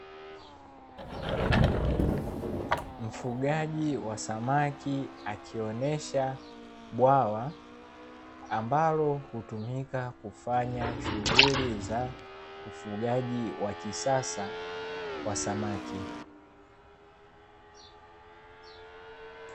Mfugaji wa samaki akionesha bwawa, ambalo hutumika kufanya shughuli za ufugaji wa kisasa wa samaki.